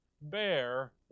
Bear